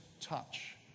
touch